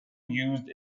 used